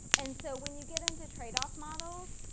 and so when you get into trade-off models,